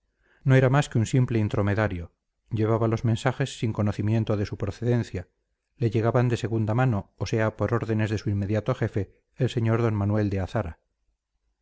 no era más que un simple intromedario llevaba los mensajes sin conocimiento de su procedencia le llegaban de segunda mano o sea por órdenes de su inmediato jefe el sr d manuel de azara